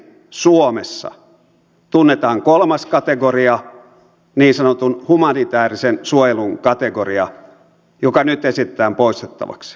tämän lisäksi suomessa tunnetaan kolmas kategoria niin sanottu humanitäärisen suojelun kategoria joka nyt esitetään poistettavaksi